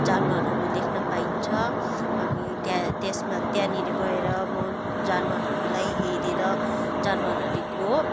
जनावरहरू देख्न पाइन्छ अनि त्यहाँ त्यसमा त्यहाँनेर गएर म जनावरहरूलाई हेरेर जनावरहरूको